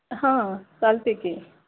हा चालते की